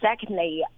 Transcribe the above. secondly